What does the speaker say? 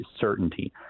certainty